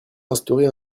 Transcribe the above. instaurer